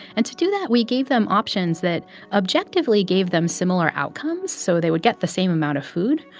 and to do that, we gave them options that objectively gave them similar outcomes so they would get the same amount of food.